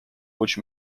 which